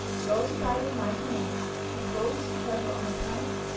and also by that mighty mass of folks who travel on a pass,